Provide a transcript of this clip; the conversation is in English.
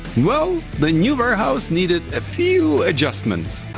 well, the new warehouse needed a few adjustments.